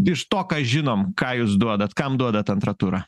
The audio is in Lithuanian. iš to ką žinom ką jūs duodat kam duodat antrą turą